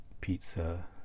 pizza